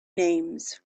names